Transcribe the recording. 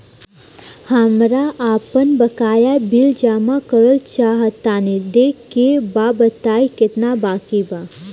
हमरा आपन बाकया बिल जमा करल चाह तनि देखऽ के बा ताई केतना बाकि बा?